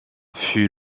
fut